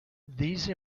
these